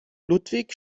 ludwig